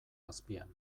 azpian